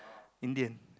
Indian